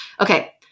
Okay